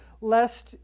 lest